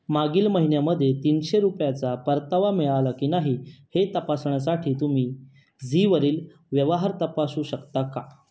मागील महिन्यामध्ये तीनशे रुपयाचा परतावा मिळाला की नाही हे तपासण्यासाठी तुम्ही झीवरील व्यवहार तपासू शकता का